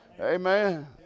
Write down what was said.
Amen